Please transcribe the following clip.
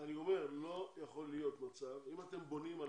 אני אומר שלא יכול להיות מצב אם אתם בונים על